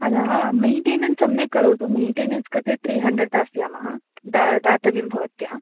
अधः मैण्टेनेन्स् सम्यक् करोतु मैण्टेनेन्स् कृते त्रि हण्ड्रेड् दास्यामः दा दातव्यं भवत्या